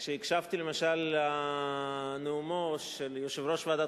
כשהקשבתי למשל לנאומו של יושב-ראש ועדת